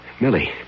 Millie